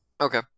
Okay